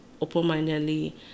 open-mindedly